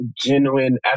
genuine